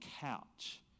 couch